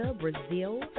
Brazil